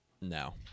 No